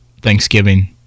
Thanksgiving